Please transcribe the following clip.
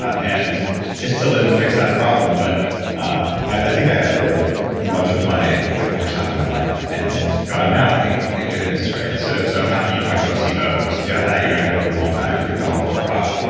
and it still didn't fix that problem, but i think i had it for much of my, like the first half of my life. and it's gone now, thank goodness. so so i'm happy you talked about sibo, cause if you have that you're not gonna live a long time, your bowel flora are off,